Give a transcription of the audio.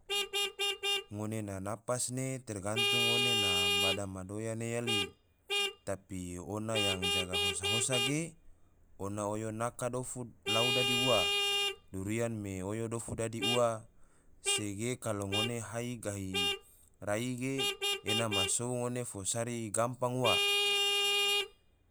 Ngone na napas ne tergantung ngone na bada ma doya ne yali, tapi ona yang jaga hosa-hosa ge, ona oyo naka dofu lau dadi ua, durian me oyo dofu dadi ua, se ge kalo ngone hai gahi rai ge, ena ma sou ngone fo sari gampang ua.